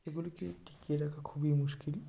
এগুলিকে টিকিয়ে খুবই মুশকিল